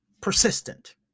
Persistent